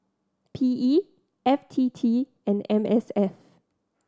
P E F T T and M S F